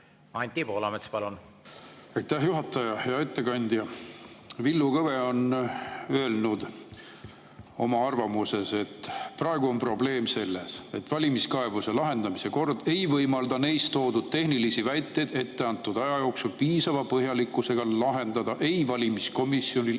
palun! Anti Poolamets, palun! Aitäh, juhataja! Hea ettekandja! Villu Kõve on öelnud oma arvamuses: "Praegu on probleem selles, et valimiskaebuste lahendamise kord ei võimalda neis toodud tehnilisi väiteid ette antud aja jooksul piisava põhjalikkusega lahendada ei valimiskomisjonil